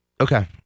Okay